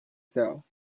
sale